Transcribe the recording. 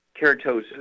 keratosis